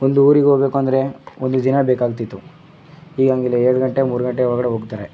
ಒಂದು ಊರಿಗೆ ಹೋಗ್ಬೇಕು ಅಂದರೆ ಒಂದು ದಿನ ಬೇಕಾಗ್ತಿತ್ತು ಈಗ ಹಾಗಿಲ್ಲ ಎರಡು ಗಂಟೆ ಮೂರು ಗಂಟೆ ಒಳಗಡೆ ಹೋಗ್ತಾರೆ